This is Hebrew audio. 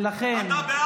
ולכן,